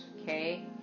okay